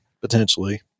Potentially